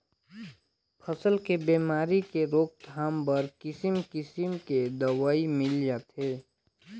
फसल के बेमारी के रोकथाम बर किसिम किसम के दवई मिल जाथे